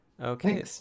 Okay